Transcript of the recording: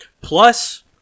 plus